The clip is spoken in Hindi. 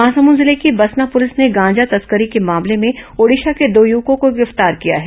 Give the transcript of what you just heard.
महासमुंद जिले की बसना पुलिस ने गांजा तस्करी के मामले में ओडिशा के दो युवकों को गिरफ्तार किया है